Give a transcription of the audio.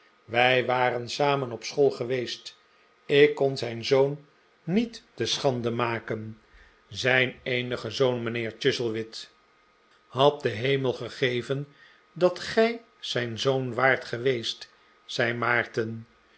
wij waren samen op school geweest ik kon zijn zoon niet te schande maken zijn eenigen zoon mijnheer chuzzlewit had de hemel gegeven dat gij zijn zoon waart geweest zei